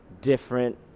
different